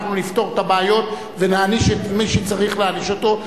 אנחנו נפתור את הבעיות ונעניש את מי שצריך להעניש אותו,